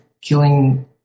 killing